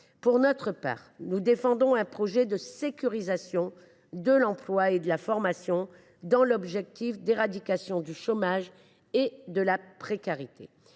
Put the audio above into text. Pour notre part, nous défendons un projet de sécurisation de l’emploi et de la formation dans l’objectif d’éradication du chômage et de la précarité.